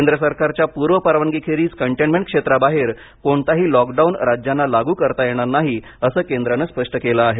केंद्र सरकारच्या पूर्व परवानगीखेरीज कंटेनमेंट क्षेत्रांबाहेर कोणताही लॉकडाऊन राज्यांना लागू करता येणार नाही असं केंद्रानं स्पष्ट केलं आहे